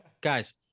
Guys